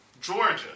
Georgia